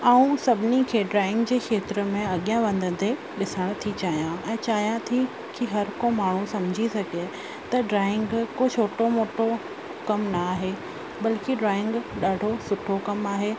ऐं सभिनी खे ड्रॉइंग जे खेत्र में अॻियां वधंदे ॾिसण थी चाहियां ऐं चाहियां थी की हर को माण्हू सम्झी सघे त ड्रॉइंग को छोटो मोटो कम न आहे बल्कि ड्रॉइंग ॾाढो सुठो कमु आहे